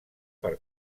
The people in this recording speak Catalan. per